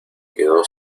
quedó